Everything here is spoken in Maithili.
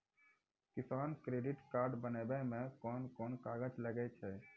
किसान क्रेडिट कार्ड बनाबै मे कोन कोन कागज लागै छै?